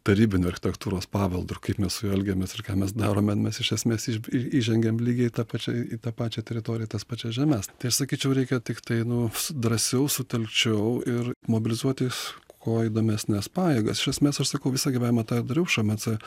tarybiniu architektūros paveldu ir kaip mes su juo elgiamės ir ką mes darome mes iš esmės iš i įžengiam lygiai ta pačia į tą pačią teritoriją tas pačias žemes tai aš sakyčiau reikia tiktai nu s drąsiau sutelkčiau ir mobilizuotis kuo įdomesnes pajėgas iš esmės aš sakau visą gyvenimą tą ir dariau šmc